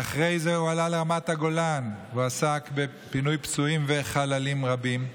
ואחרי זה הוא עלה לרמת הגולן והוא עסק בפינוי פצועים וחללים רבים.